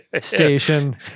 Station